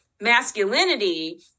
masculinity